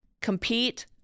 Compete